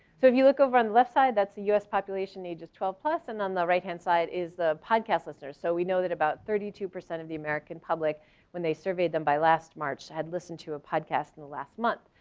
so if you look over on the left side, that's the us population ages twelve plus and on the right hand side is the podcast listeners. so we know that about thirty two percent of the american public when they surveyed them by last march, i had listened to a podcast in the last month.